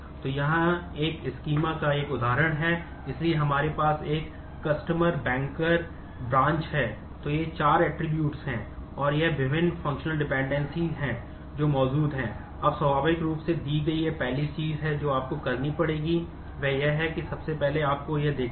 तो यहाँ एक स्कीमा लेने के लिए अलग अलग रूप में देखना है